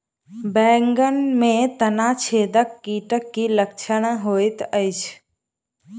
बैंगन मे तना छेदक कीटक की लक्षण होइत अछि?